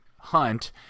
Hunt